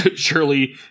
surely